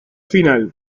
final